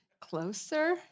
closer